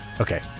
Okay